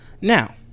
Now